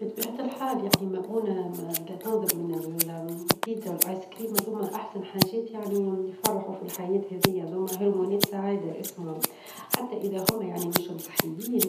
بطبيعة الحال يعني مؤونة -ما- لا تنظب من البيتزا والآيس كريم هذوما أحسن حاجات يعني يفرحوا في الحياة هذي، هذوما هرمونات سعادة إسمهم، حتى إذا هما يعني مش مصحيين